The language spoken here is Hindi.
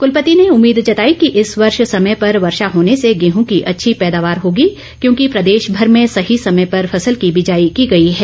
कूलपति ने उम्मीद जताई कि इस वर्ष समय पर वर्षा होने से गेहूँ की अच्छी पैदावार होगी क्योंकि प्रदेशमर में सही समय पर फसल की बिजाई की गई है